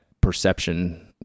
perception